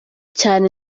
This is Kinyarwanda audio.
cyane